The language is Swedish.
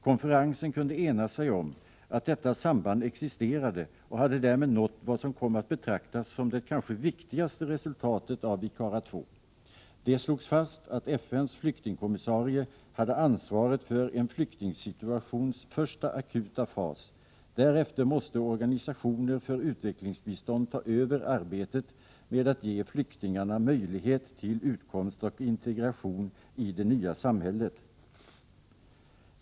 Konferensen kunde ena sig om att detta samband existerade och hade därmed nått vad som kom att betraktas som det kanske viktigaste resultatet av ICARA II. Det slogs fast att FN:s flyktingkommissarie hade ansvaret för en flyktingsituations första akuta fas. Därefter måste organisationer för utvecklingsbistånd ta över arbetet med att ge flyktingarna möjlighet till utkomst och integration i det nya samhället.